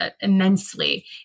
immensely